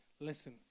listen